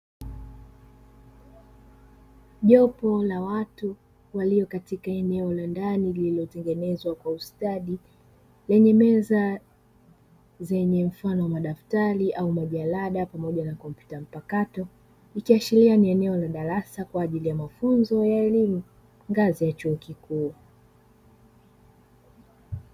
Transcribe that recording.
Jopo la watu walio katika eneo la ndani lililo tengenezwa kwa ustadi lenye meza zenye mfano wa madaftari au majalada pamoja na kompyuta mpakato, ikiashiria ni eneo la darasa kwajili ya mafunzo ya elimu ngazi ya chuo kikuu.